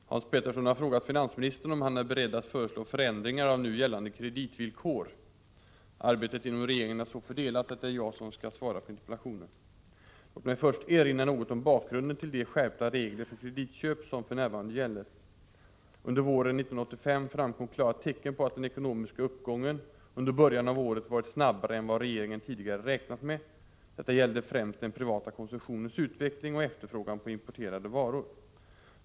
Herr talman! Hans Petersson i Hallstahammar har frågat finansministern om han är beredd att föreslå förändringar av nu gällande kreditvillkor. Arbetet inom regeringen är så fördelat att det är jag som skall svara på interpellationen. Låt mig först erinra något om bakgrunden till de skärpta regler för kreditköp som för närvarande gäller. Under våren 1985 framkom klara tecken på att den ekonomiska uppgången under början av året varit snabbare 37. än vad regeringen tidigare räknat med. Detta gällde främst den privata konsumtionens utveckling och efterfrågan på importerade varor.